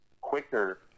quicker